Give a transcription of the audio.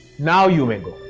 now you may